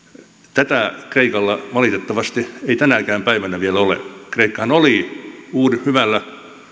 tätä kreikalla valitettavasti ei tänäkään päivänä vielä ole kreikkahan oli hyvällä